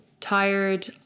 tired